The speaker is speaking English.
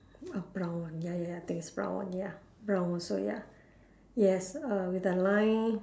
ah brown one ya ya ya I think is brown one ya brown one so ya yes uh with a line